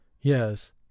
Yes